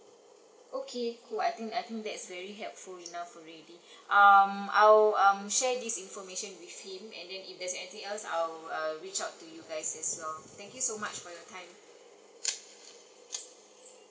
okay cool I think I think that's very helpful enough already um I'll um share this information with him and then if there's anything else I'll uh reach out to you guys as well thank you so much for your time